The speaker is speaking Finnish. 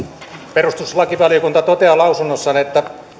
perustuslakivaliokunta toteaa lausunnossaan että